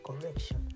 correction